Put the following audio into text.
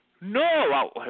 No